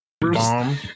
bomb